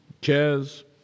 Chairs